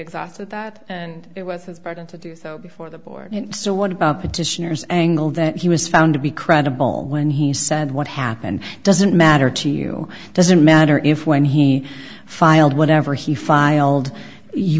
exhausted that and it was his burden to do so before the board so what about petitioners angle that he was found to be credible when he said what happened doesn't matter to you doesn't matter if when he filed whatever he